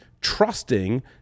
trusting